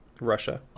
Russia